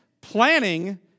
planning